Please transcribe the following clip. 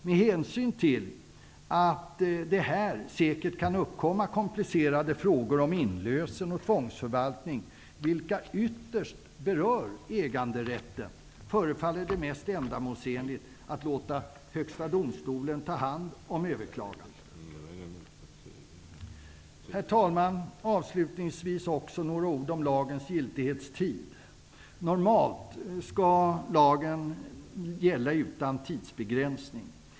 Med hänsyn till att det här säkert kan uppkomma komplicerade frågor om inlösen och tvånsförvaltning, vilka ytterst berör äganderätten, förefaller det vara mest ändamålsenligt att låta Högsta domstolen ta hand om överklaganden. Herr talman! Avslutningvis vill jag också säga några ord om lagens giltighetstid. Normalt skall lagen gälla utan tidsbegränsning.